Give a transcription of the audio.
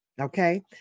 Okay